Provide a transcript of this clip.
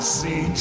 see